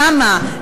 כמה,